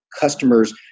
customers